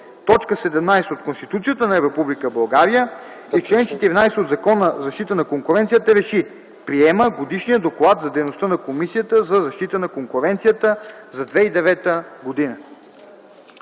т. 17 от Конституцията на Република България и чл. 14 от Закона за защита на конкуренцията РЕШИ: Приема Годишния доклад за дейността на Комисията за защита на конкуренцията за 2009 г.”